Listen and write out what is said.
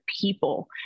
people